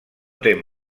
tem